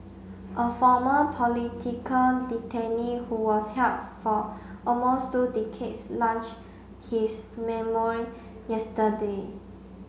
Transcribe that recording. a former political detainee who was held for almost two decades launched his memoir yesterday